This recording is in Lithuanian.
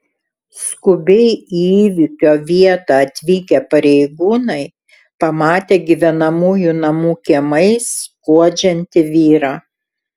skubiai į įvykio vietą atvykę pareigūnai pamatė gyvenamųjų namų kiemais skuodžiantį vyrą